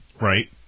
Right